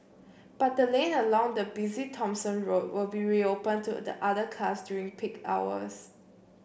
but the lane along the busy Thomson Road will be reopened to other cars during peak hours